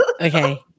Okay